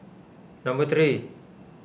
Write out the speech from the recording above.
number three